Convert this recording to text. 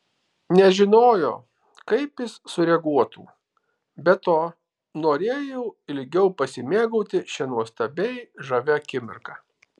nežinojo kaip jis sureaguotų be to norėjau ilgiau pasimėgauti šia nuostabiai žavia akimirka